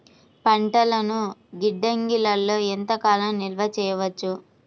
పంటలను గిడ్డంగిలలో ఎంత కాలం నిలవ చెయ్యవచ్చు?